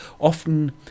often